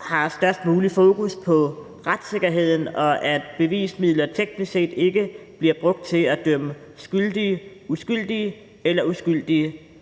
har størst muligt fokus på retssikkerheden og på, at bevismidler teknisk set ikke bliver brugt til at dømme skyldige uskyldige eller uskyldige